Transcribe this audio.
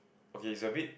okay it's a bit